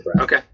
Okay